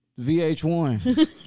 VH1